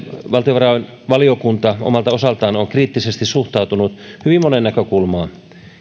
valtiovarainvaliokunta omalta osaltaan on kriittisesti suhtautunut hyvin moneen näkökulmaan